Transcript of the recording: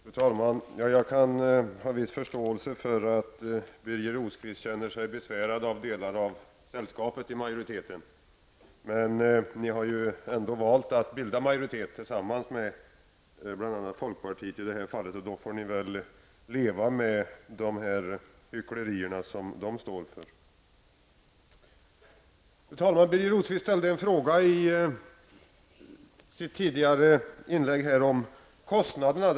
Fru talman! Jag kan ha viss förståelse för att Birger Rosqvist känner sig besvärad av delar av sällskapet i majoriteten. Men ni har ju ändå valt att bilda majoritet tillsammans med bl.a. folkpartiet. Då får ni väl leva med de hycklerier som de stå för. Fru talman! Birger Rosqvist ställde en fråga i sitt tidigare inlägg om kostnaderna.